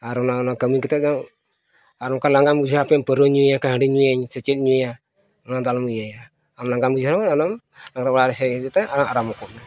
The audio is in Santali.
ᱟᱨ ᱚᱱᱟ ᱚᱱᱟ ᱠᱟᱹᱢᱤ ᱠᱟᱛᱮᱫ ᱫᱚ ᱟᱨ ᱚᱱᱠᱟ ᱞᱟᱸᱜᱟᱢ ᱵᱩᱡᱷᱟᱹᱣᱟ ᱦᱟᱯᱮ ᱯᱟᱹᱣᱨᱟᱹᱧ ᱧᱩᱭᱟ ᱵᱟᱠᱷᱟᱱ ᱦᱟᱺᱰᱤᱧ ᱧᱩᱭᱟ ᱯᱟᱹᱨᱣᱟᱹᱢ ᱧᱩᱭᱟ ᱥᱮ ᱤᱧ ᱪᱮᱫᱤᱧ ᱧᱩᱭᱟ ᱚᱱᱟᱫᱚ ᱟᱞᱚᱢ ᱤᱭᱟᱹᱭᱟ ᱟᱢ ᱞᱟᱸᱜᱟ ᱵᱩᱡᱷᱟᱹᱣᱮᱫᱼᱟ ᱟᱞᱚᱢ ᱚᱲᱟᱜ ᱥᱮ ᱦᱮᱡ ᱠᱟᱛᱮᱫ ᱟᱨᱟᱢ ᱠᱚᱜ ᱢᱮ